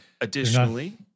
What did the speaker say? Additionally